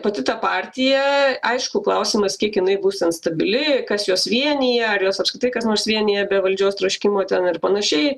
pati ta partija aišku klausimas kiek jinai būs ten stabili kas juos vienija ar juos apskritai kas nors vienija apie valdžios troškimo ten ir panašiai